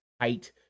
height